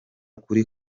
kuri